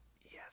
Yes